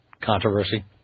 controversy